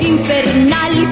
Infernal